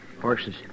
Horses